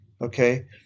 Okay